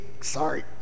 sorry